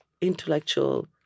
intellectual